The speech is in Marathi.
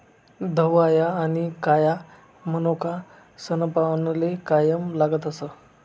धवया आनी काया मनोका सनपावनले कायम लागतस